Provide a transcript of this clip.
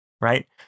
right